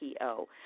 PO